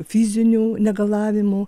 fizinių negalavimų